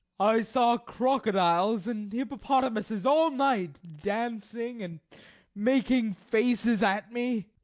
i saw crocodiles and hippopotamuses all night, dancing and making faces at me.